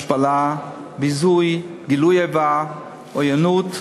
השפלה, ביזוי, גילוי איבה, עוינות,